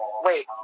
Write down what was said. Wait